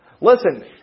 Listen